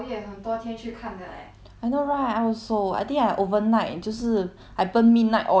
I know right I also I think I overnight 就是 I burn midnight oil 你知道吗 just for this drama